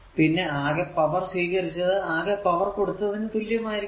പിന്നെ അകെ പവർ സ്വീകരിച്ചത് അകെ പവർ കൊടുത്തതിനു തുല്യമായിരിക്കും